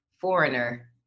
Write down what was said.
foreigner